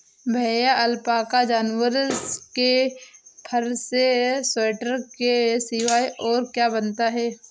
भैया अलपाका जानवर के फर से स्वेटर के सिवाय और क्या बनता है?